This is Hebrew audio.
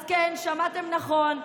אז כן, שמעתם נכון.